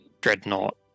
Dreadnought